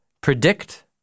predict